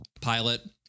pilot